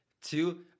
Two